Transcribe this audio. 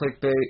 clickbait